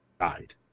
died